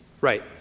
Right